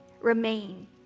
remain